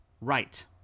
Right